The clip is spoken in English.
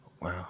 Wow